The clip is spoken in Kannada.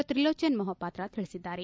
ತ್ರಿಲೋಚನ್ ಮೊಹಪಾತ್ರ ತಿಳಿಸಿದ್ದಾರೆ